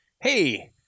hey